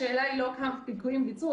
השאלה היא לא כמה פיגועים ביצעו,